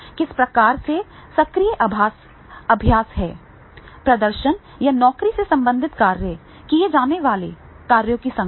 किस प्रकार का सक्रिय अभ्यास है प्रदर्शन या नौकरी से संबंधित कार्य किए जाने वाले कार्यों की संख्या